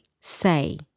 say